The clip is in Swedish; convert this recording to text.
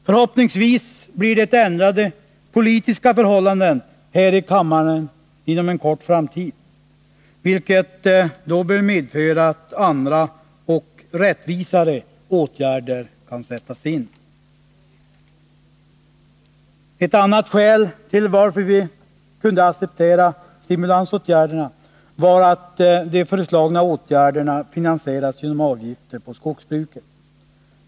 Förhoppningsvis blir det ändrade politiska förhållanden här i kammaren inom en snar framtid, vilket bör medföra att andra och rättvisare åtgärder kan sättas in. Ett annat skäl till att vi kunde acceptera stimulansåtgärderna var att de föreslagna åtgärderna finansieras genom avgifter på skogsbruket.